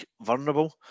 vulnerable